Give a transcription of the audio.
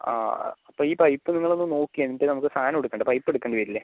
ആ അപ്പം ഈ പൈപ്പ് നിങ്ങളൊന്ന് നോക്ക് എന്നിട്ട് നമുക്ക് സാധനം എടുക്കണ്ടേ പൈപ്പ് എടുക്കേണ്ടി വരില്ലേ